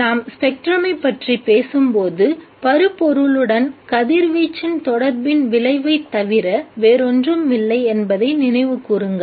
நாம் ஸ்பெக்ட்ரமைப் பற்றி பேசும்போது பருப்பொருளுடன் கதிர்வீச்சின் தொடர்பின் விளைவைத் தவிர வேறொன்றுமில்லை என்பதை நினைவுகூறுங்கள்